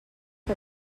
que